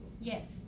Yes